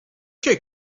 kae